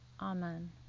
Amen